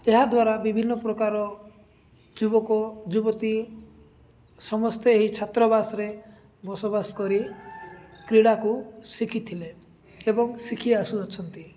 ଏହାଦ୍ୱାରା ବିଭିନ୍ନ ପ୍ରକାର ଯୁବକ ଯୁବତୀ ସମସ୍ତେ ଏହି ଛାତ୍ରବାସରେ ବସବାସ କରି କ୍ରୀଡ଼ାକୁ ଶିଖିଥିଲେ ଏବଂ ଶିଖି ଆସୁଅଛନ୍ତି